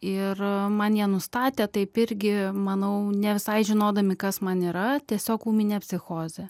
ir man ją nustatė taip irgi manau ne visai žinodami kas man yra tiesiog ūminė psichozė